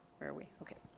where are we, okay.